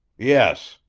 yes,